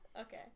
Okay